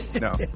no